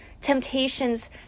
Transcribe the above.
temptations